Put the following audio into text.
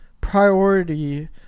priority